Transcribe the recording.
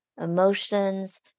emotions